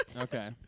Okay